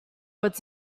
what